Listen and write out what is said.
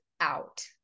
out